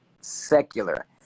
secular